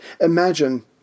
imagine